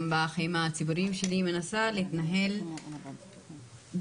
בחיים הציבוריים שלי מנסה להתנהל בערכיות.